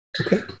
Okay